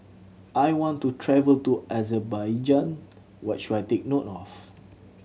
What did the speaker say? I want to travel to Azerbaijan what should I take note of